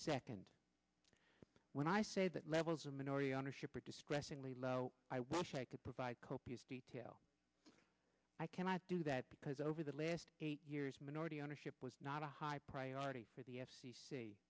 second when i say that levels of minority ownership or discretion lelo i wish i could provide copious detail i cannot do that because over the last eight years minority ownership was not a high priority for the f